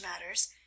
matters